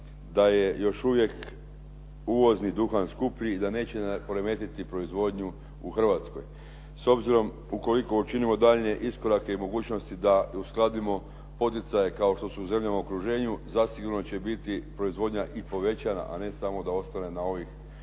da je još uvijek uvozni duhan skuplji i da neće nam poremetiti proizvodnju u Hrvatskoj. S obzirom ukoliko učinimo daljnje iskorake i mogućnosti da uskladimo poticaje kao što su u zemljama u okruženju zasigurno će biti proizvodnja i povećana, a ne samo da ostane na ovih